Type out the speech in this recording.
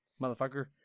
motherfucker